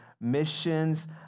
Missions